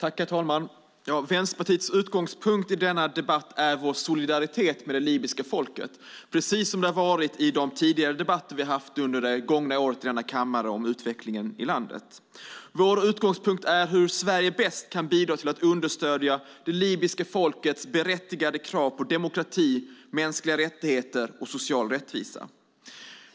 Herr talman! Vänsterpartiets utgångspunkt i denna debatt är vår solidaritet med det libyska folket, precis som det har varit under de tidigare debatter om utvecklingen i landet som vi har haft under det gångna året i denna kammare. Vår utgångspunkt är hur Sverige bäst kan bidra till att understödja det libyska folkets berättigade krav på demokrati, mänskliga rättigheter och social rättvisa.